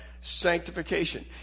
sanctification